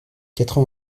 quatre